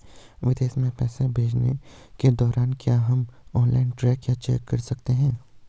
विदेश में पैसे भेजने के दौरान क्या हम ऑनलाइन ट्रैक या चेक कर सकते हैं?